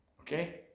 Okay